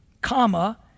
comma